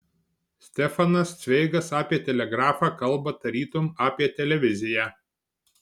stefanas cveigas apie telegrafą kalba tarytum apie televiziją